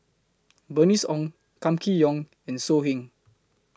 Bernice Ong Kam Kee Yong and So Heng